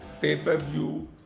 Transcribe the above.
pay-per-view